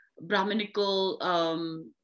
Brahminical